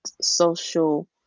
social